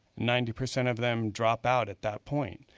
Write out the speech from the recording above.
ninety percent of them drop out at that point.